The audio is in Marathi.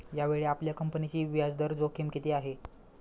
यावेळी आपल्या कंपनीची व्याजदर जोखीम किती आहे?